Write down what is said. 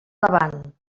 davant